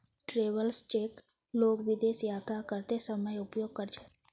travellers cheque लोग विदेश यात्रा करते समय उपयोग कर छे